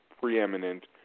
preeminent